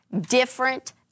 different